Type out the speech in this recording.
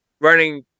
running